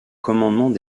commandement